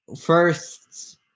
first